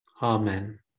Amen